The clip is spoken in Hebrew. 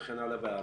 וכן הלאה.